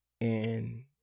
And-